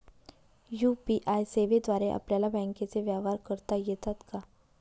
UPI सेवेद्वारे आपल्याला बँकचे व्यवहार करता येतात का?